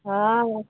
हाँ वो